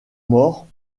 morts